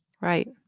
Right